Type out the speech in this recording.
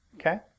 okay